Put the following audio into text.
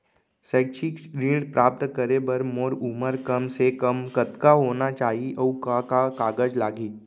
शैक्षिक ऋण प्राप्त करे बर मोर उमर कम से कम कतका होना चाहि, अऊ का का कागज लागही?